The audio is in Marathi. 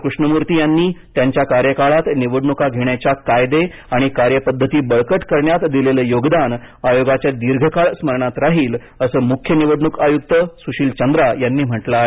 कृष्णमूर्ती यांनी त्यांच्या कार्यकाळात निवडणुका घेण्याच्या कायदे आणि कार्यपद्धती बळकट करण्यात दिलेलं योगदान आयोगाच्या दीर्घकाळ स्मरणात राहील असं मुख्य निवडणूक आयुक्त सुशील चंद्रा यांनी म्हटलं आहे